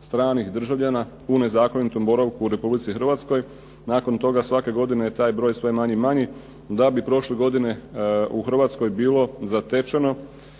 stranih državljana u nezakonitom boravku u Republici Hrvatskoj. Nakon toga, svake godine je taj broj sve manji i manji, da bi prošle godine u Hrvatskoj bilo zatečeno